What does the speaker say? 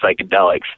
psychedelics